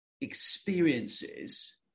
experiences